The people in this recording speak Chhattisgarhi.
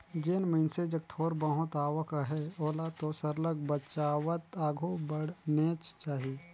जेन मइनसे जग थोर बहुत आवक अहे ओला तो सरलग बचावत आघु बढ़नेच चाही